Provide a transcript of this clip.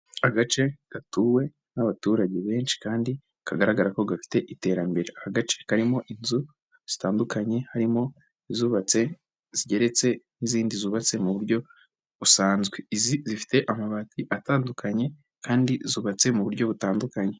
Agace gatuwe n'abaturage benshi kandi kagaragara ko gafite iterambere, aka gace karimo inzu zitandukanye harimo izubatse zigeretse n'izindi zubatse mu buryo busanzwe, izi zifite amabati atandukanye kandi zubatse mu buryo butandukanye.